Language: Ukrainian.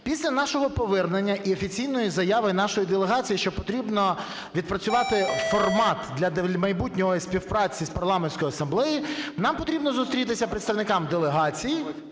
Після нашого повернення і офіційної заяви нашої делегації, що потрібно відпрацювати формат для майбутньої співпраці з Парламентською асамблеєю, нам потрібно зустрітися, представникам делегації,